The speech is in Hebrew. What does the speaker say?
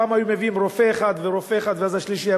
פעם היו מביאים רופא אחד ועוד רופא אחד ואז השלישי היה